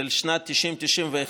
1991-1990,